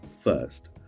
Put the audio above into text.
First